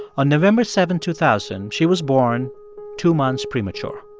on november seven, two thousand, she was born two months premature.